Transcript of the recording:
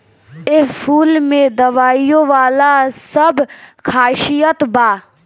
एह फूल में दवाईयो वाला सब खासियत बा